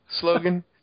slogan